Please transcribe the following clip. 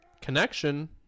Connection